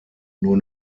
nur